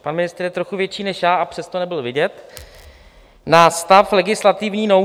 Pan ministr je trochu větší než já, a přesto nebyl vidět na stav legislativní nouze.